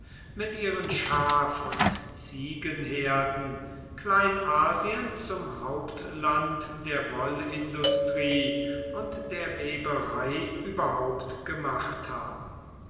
mit ihren schaf und ziegenherden kleinasien zum hauptland der wollindustrie und der weberei überhaupt gemacht haben